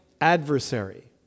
adversary